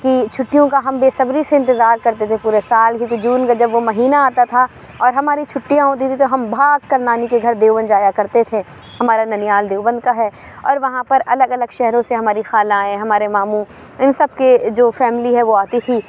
کی چھٹیوں کا ہم بےصبری سے انتظار کرتے تھے پورے سال کیونکہ جون کا جب وہ مہینہ آتا تھا اور ہماری چھٹیاں ہوتی تھی تو ہم بھاگ کر نانی کے گھر دیوبند جایا کرتے تھے ہمارا ننیہال دیوبند کا ہے اور وہاں پر الگ الگ شہروں سے ہماری خالائیں ہمارے ماموں ان سب کے جو فیملی ہے وہ آتی تھی